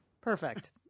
Perfect